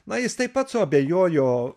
na jis taip pat suabejojo